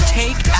take